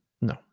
No